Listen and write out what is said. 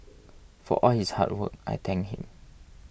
for all his hard work I thank him